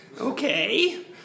Okay